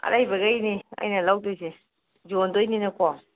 ꯑꯔꯩꯕꯒꯩꯅꯤ ꯑꯩꯅ ꯂꯧꯗꯣꯏꯁꯦ ꯌꯣꯟꯗꯣꯏꯅꯤꯅꯀꯣ